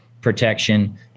protection